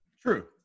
True